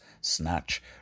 Snatch